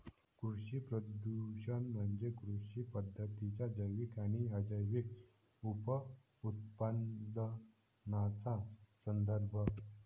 कृषी प्रदूषण म्हणजे कृषी पद्धतींच्या जैविक आणि अजैविक उपउत्पादनांचा संदर्भ